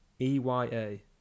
E-y-a